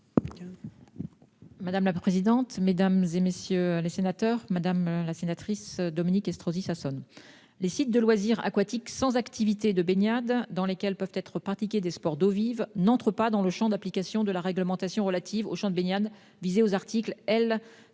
? La parole est à Mme la ministre déléguée. Madame la sénatrice Dominique Estrosi Sassone, les sites de loisirs aquatiques sans activité de baignade, dans lesquels peuvent être pratiqués des sports d'eau vive, n'entrent pas dans le champ d'application de la réglementation relative aux eaux de baignade figurant aux articles L.